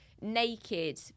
naked